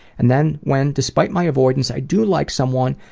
and then when, despite my avoidance, i do like someone,